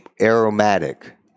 aromatic